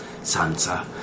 Sansa